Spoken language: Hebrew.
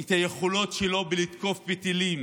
מה היכולות שלו בלתקוף בטילים